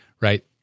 right